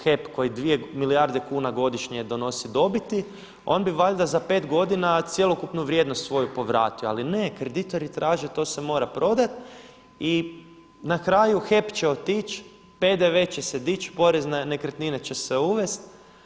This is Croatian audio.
HEP koji dvije milijarde kuna godišnje donosi dobiti on bi valjda za pet godina cjelokupnu vrijednost svoju povratio, ali ne kreditori traže to se mora prodati i na kraju HEP će otići, PDV će se dić, porez na nekretnine će uvesti.